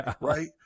right